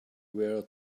were